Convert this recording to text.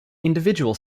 individual